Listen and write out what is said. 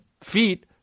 feet